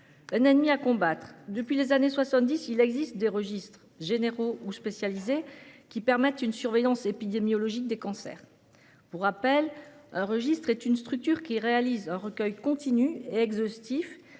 un ennemi à combattre ! Depuis les années 1970, il existe des registres généraux ou spécialisés qui permettent une surveillance épidémiologique des cancers. Pour rappel, un registre est une structure qui réalise « un recueil continu et exhaustif